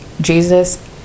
Jesus